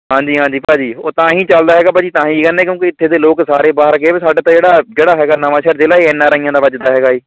ਹਾਂਜੀ ਹਾਂਜੀ ਭਾਅ ਜੀ ਉਹ ਤਾਂ ਹੀ ਚੱਲਦਾ ਹੈਗਾ ਭਾਅ ਜੀ ਤਾਂ ਹੀ ਕਹਿੰਦੇ ਕਿਉਂਕਿ ਇੱਥੇ ਦੇ ਲੋਕ ਸਾਰੇ ਬਾਹਰ ਗਏ ਵੇ ਸਾਡਾ ਤਾਂ ਜਿਹੜਾ ਜਿਹੜਾ ਹੈਗਾ ਨਵਾਂਸ਼ਹਿਰ ਜ਼ਿਲ੍ਹਾ ਇਹ ਐਨੱ ਆਰ ਆਈਆਂ ਦਾ ਵੱਜਦਾ ਹੈਗਾ ਹੈ